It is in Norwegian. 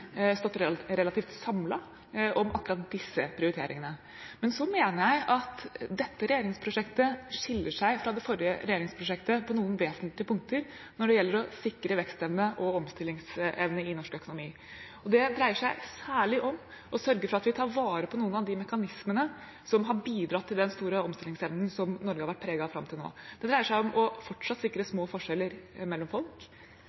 relativt samlet om akkurat disse prioriteringene. Men så mener jeg at dette regjeringsprosjektet skiller seg fra det forrige regjeringsprosjektet på noen vesentlige punkter når det gjelder å sikre vekstevne og omstillingsevne i norsk økonomi. Det dreier seg særlig om å sørge for at vi tar vare på noen av de mekanismene som har bidratt til den store omstillingsevnen Norge har vært preget av fram til nå. Det dreier seg om fortsatt å sikre små forskjeller mellom folk.